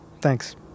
Thanks